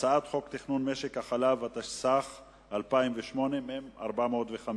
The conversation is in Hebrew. הצעת חוק תכנון משק החלב, התשס"ח 2008, מ/405,